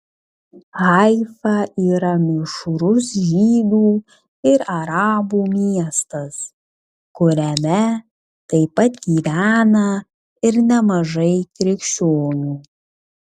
haifa yra mišrus žydų ir arabų miestas kuriame taip pat gyvena ir nemažai krikščionių